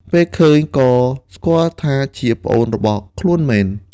ពេលឃើញក៏ស្គាល់ថាជាប្អូនរបស់ខ្លួនមែន។